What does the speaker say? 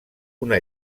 una